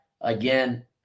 Again